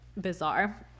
bizarre